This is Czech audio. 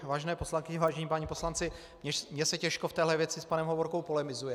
Vážené poslankyně, vážení páni poslanci, mně se těžko v téhle věci s panem Hovorkou polemizuje.